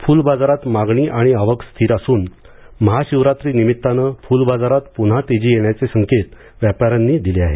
फूल बाजारात मागणी आणि आवक स्थिर असून महाशिवरात्री निमित्तानं फुलबाजारात पुन्हा तेजी येण्याचे संकेत व्यापाऱ्यांनी दिले आहेत